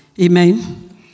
Amen